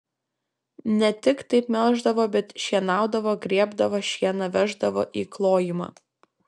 ne tik taip melždavo bet šienaudavo grėbdavo šieną veždavo į klojimą